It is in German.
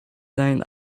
seinen